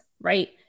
right